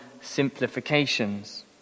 simplifications